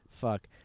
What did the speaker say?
Fuck